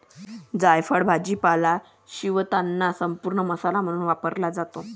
जायफळ भाजीपाला शिजवताना संपूर्ण मसाला म्हणून वापरला जातो